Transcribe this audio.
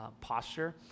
posture